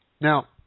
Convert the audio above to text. Now